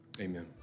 amen